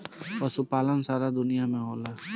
पशुपालन सारा दुनिया में होला